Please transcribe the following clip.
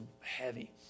heavy